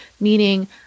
meaning